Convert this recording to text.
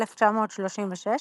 1936,